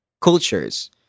cultures